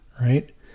right